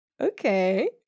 Okay